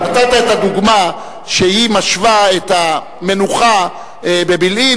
נתת את הדוגמה שהיא משווה את המנוחה בבילעין